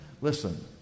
Listen